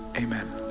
amen